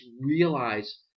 realize